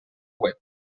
web